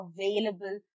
available